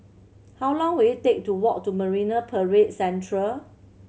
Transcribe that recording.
how long will it take to walk to Marine Parade Central